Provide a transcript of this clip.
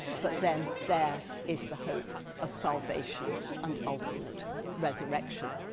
but then there is the hope of salvation and ultimate resurrection,